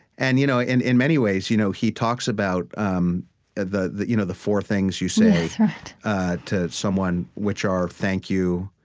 and you know and in many ways, you know he talks about um the the you know four things you say to someone, which are thank you,